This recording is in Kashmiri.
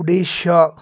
اوڈیشا